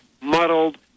muddled